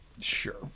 Sure